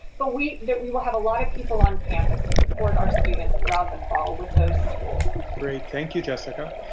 but we we will have a lot of people on campus to support our students throughout the fall with those tools. great, thank you, jessica.